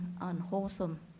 unwholesome